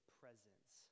presence